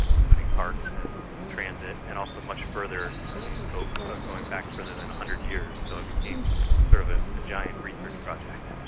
including parks and transit, and also much further ah in scope, ah going back further than one hundred years. so it became sort of a giant research project.